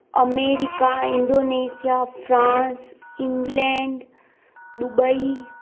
America Indonesia France England Dubai